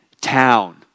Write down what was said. town